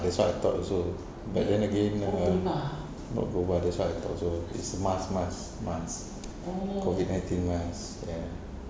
that's what I thought also but then again um not gold bar that's what I thought also it's mask mask mask COVID nineteen ya